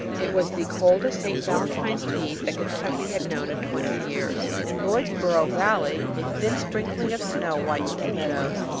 it was the coldest saint valentine's eve that kentucky had known in twenty years. in lloydsborough valley a thin sprinkling of snow whitened the meadows,